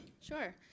Sure